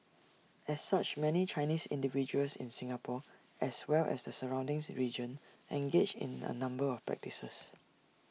as such many Chinese individuals in Singapore as well as the surroundings region engage in A number of practices